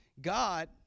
God